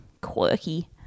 quirky